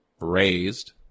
raised